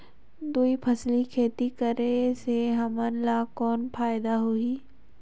दुई फसली खेती करे से हमन ला कौन फायदा होही?